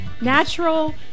natural